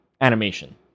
animation